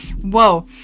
whoa